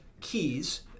keys